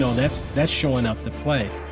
that's that's showing up to play.